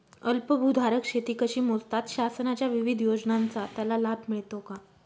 अल्पभूधारक शेती कशी मोजतात? शासनाच्या विविध योजनांचा त्याला लाभ मिळतो का?